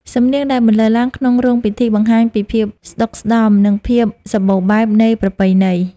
សំនៀងដែលបន្លឺឡើងក្នុងរោងពិធី បង្ហាញពីភាពស្ដុកស្ដម្ភ និងភាពសម្បូរបែបនៃប្រពៃណី។